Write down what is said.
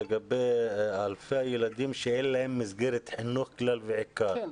לגבי אלפי הילדים שאין להם מסגרת חינוך כלל ועיקר.